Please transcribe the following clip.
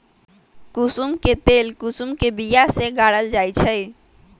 कुशुम के तेल कुशुम के बिया से गारल जाइ छइ